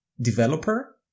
developer